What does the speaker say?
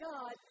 God